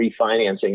refinancing